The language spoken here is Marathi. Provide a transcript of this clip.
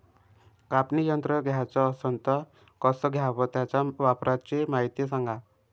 कापनी यंत्र घ्याचं असन त कस घ्याव? त्याच्या वापराची मायती सांगा